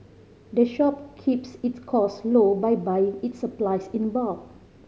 the shop keeps its costs low by buying its supplies in bulk